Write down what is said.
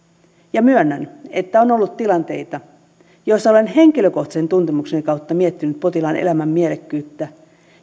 ja myönnän että on on ollut tilanteita joissa olen henkilökohtaisen tuntemukseni kautta miettinyt potilaan elämän mielekkyyttä